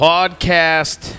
Podcast